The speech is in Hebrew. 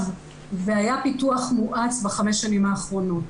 והיה פיתוח מואץ בחמש השנים האחרונות,